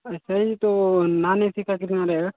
sir तो non A C का कितना रहेगा